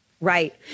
Right